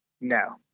No